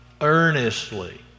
earnestly